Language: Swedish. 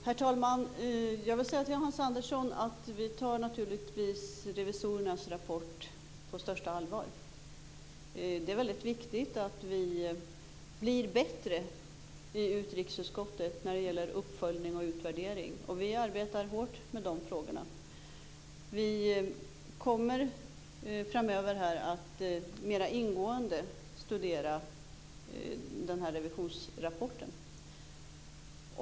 Herr talman! Vi tar naturligtvis revisorernas rapport på största allvar. Det är väldigt viktigt att vi blir bättre i utrikesutskottet när det gäller uppföljning och utvärdering. Vi arbetar hårt med de frågorna. Vi kommer framöver att mera ingående studera revisionsrapporten.